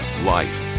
life